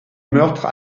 meurtre